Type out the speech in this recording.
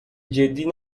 جدی